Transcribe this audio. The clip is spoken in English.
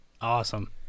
Awesome